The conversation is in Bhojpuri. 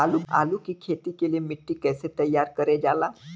आलू की खेती के लिए मिट्टी कैसे तैयार करें जाला?